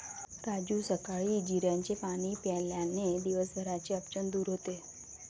राजू सकाळी जिऱ्याचे पाणी प्यायल्याने दिवसभराचे अपचन दूर होते